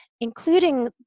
Including